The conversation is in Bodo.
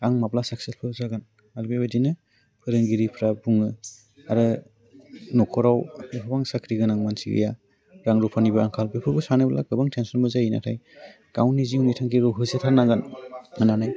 आं माब्ला साक्सेसफुल जागोन आरो बेबायदिनो फोरोंगिरिफ्रा बुङो आरो न'खराव गोबां साख्रि गोनां मानसि गैया रां रुफानिबो आंखाल बेफोरखौ सानोब्ला गोनां टेनसनबो जायो नाथाय गावनि जिउनि थांखिखौ होसोथारनांगोन होननानै